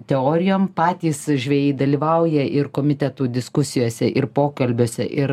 teorijom patys žvejai dalyvauja ir komitetų diskusijose ir pokalbiuose ir